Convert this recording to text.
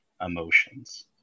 emotions